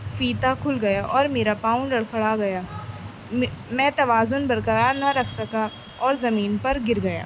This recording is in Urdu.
فیتہ کھل گیا اور میرا پاؤں لڑکھڑا گیا میں توازن برقرار نہ رکھ سکا اور زمین پر گر گیا